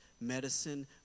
medicine